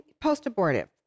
post-abortive